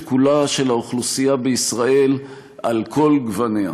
קולה של האוכלוסייה בישראל על כל גווניה.